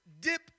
dip